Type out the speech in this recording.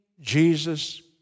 Jesus